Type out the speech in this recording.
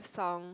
song